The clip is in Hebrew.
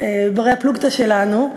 בני-הפלוגתא שלנו.